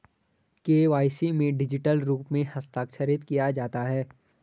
KYC में digital रूप से हस्ताक्षरित किया जाता है